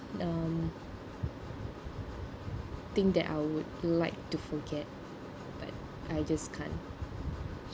um thing that I would like to forget but I just can't